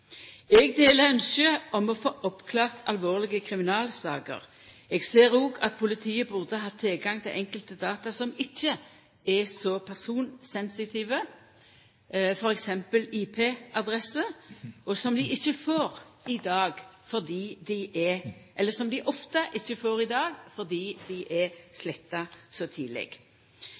Eg deler ynsket om å få oppklart alvorlege kriminalsaker. Eg ser òg at politiet burde hatt tilgang til enkelte data som ikkje er så personsensitive, f.eks. IP-adresse, og som dei ofte ikkje får i dag fordi dei er sletta så tidleg.